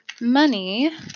Money